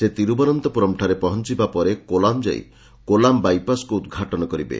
ସେ ତିରୁବନନ୍ତପୁରମ୍ଠାରେ ପହଞ୍ଚିବା ପରେ କୋଲାମ ଯାଇ କୋଲାମ ବାଇପାସ୍କୁ ଉଦ୍ଘାଟନ କରିବେ